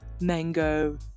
Mango